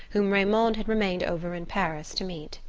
whom raymond had remained over in paris to meet.